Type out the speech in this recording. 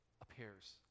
appears